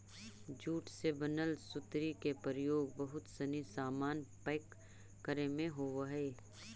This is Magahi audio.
जूट से बनल सुतरी के प्रयोग बहुत सनी सामान पैक करे में होवऽ हइ